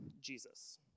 Jesus